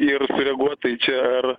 ir sureaguot tai čia ar